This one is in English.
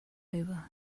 over